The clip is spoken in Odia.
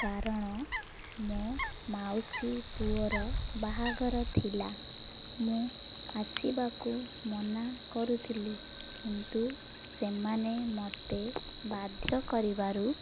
କାରଣ ମୋ ମାଉସୀ ପୁଅର ବାହାଘର ଥିଲା ମୁଁ ଆସିବାକୁ ମନା କରୁଥିଲି କିନ୍ତୁ ସେମାନେ ମୋତେ ବାଧ୍ୟ କରିବାରୁ